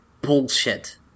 bullshit